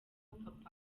papa